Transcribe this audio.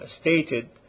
stated